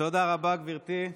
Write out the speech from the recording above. תודה רבה, גברתי.